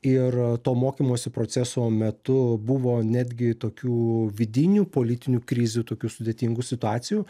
ir to mokymosi proceso metu buvo netgi tokių vidinių politinių krizių tokių sudėtingų situacijų